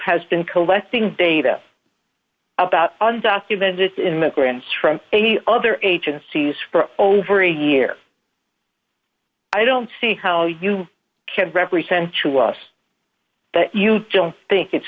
has been collecting data about undocumented immigrants from any other agencies for over a year i don't see how you can represent to us that you still think it's